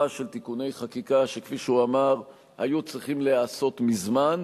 של תיקוני חקיקה שכפי שהוא אמר היו צריכים להיעשות מזמן,